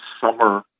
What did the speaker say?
summer